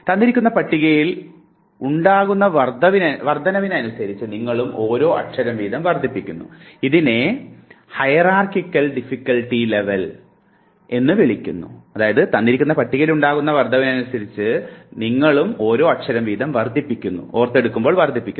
തന്നിരിക്കുന്ന പട്ടികയിൽ ഉണ്ടാകുന്ന വർധനവനുസരിച്ച് നിങ്ങളും ഒരോ അക്ഷരം വീതം വർധിപ്പിക്കുന്നു